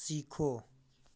सीखो